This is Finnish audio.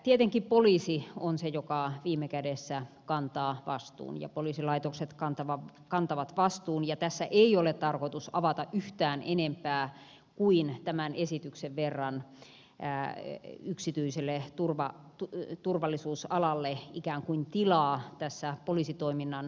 tietenkin poliisi on se joka viime kädessä kantaa vastuun ja poliisilaitokset kantavat vastuun ja tässä ei ole tarkoitus avata yhtään enempää kuin tämän esityksen verran yksityiselle turvallisuusalalle ikään kuin tilaa tässä poliisitoiminnan tukena